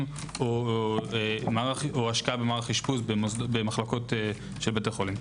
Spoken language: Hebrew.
או השקעה במערך אשפוז במחלקות של בית החולים.